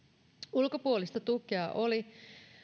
ulkopuolista tukea oli